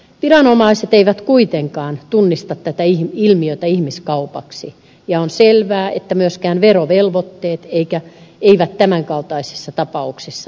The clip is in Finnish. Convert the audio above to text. viranomaiset eivät kuitenkaan tunnista tätä ilmiötä ihmiskaupaksi ja on selvää että myöskään verovelvoitteet eivät tämän kaltaisissa tapauksissa täyty